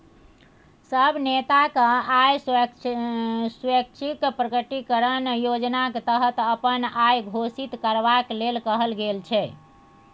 सब नेताकेँ आय स्वैच्छिक प्रकटीकरण योजनाक तहत अपन आइ घोषित करबाक लेल कहल गेल छै